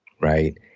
right